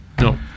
No